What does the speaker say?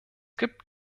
gibt